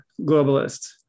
globalist